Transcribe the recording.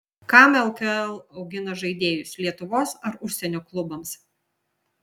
kam lkl augina žaidėjus lietuvos ar užsienio klubams